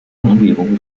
umgebung